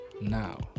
now